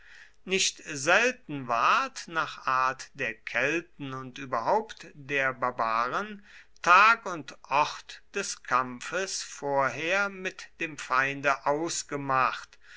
nicht selten ward nach art der kelten und überhaupt der barbaren tag und ort des kampfes vorher mit dem feinde ausgemacht